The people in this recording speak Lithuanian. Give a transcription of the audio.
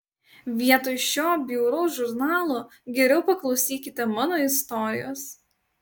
vietoj šio bjauraus žurnalo geriau paklausykite mano istorijos